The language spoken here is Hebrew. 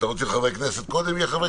אתה רוצה שחברי הכנסת יהיו קודם?